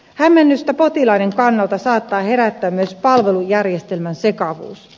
hämmennystä potilaiden kannalta saattaa herättää myös palvelujärjestelmän sekavuus